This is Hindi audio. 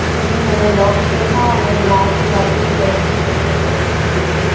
नहीं मैंने लॉक किया था और मैंने याद से वापस चेक भी कर लिया था स्कूटी को